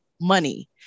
money